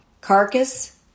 carcass